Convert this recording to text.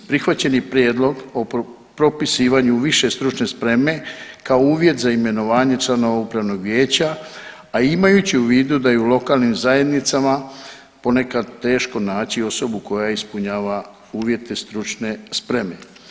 Prihvaćeni prijedlog o propisivanju više stručne spreme kao uvjet za imenovanje članova upravnog vijeća, a imajući u vidu da i u lokalnim zajednicama ponekad teško naći osobu koja ispunjava uvjete stručne spreme.